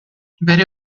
bere